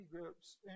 groups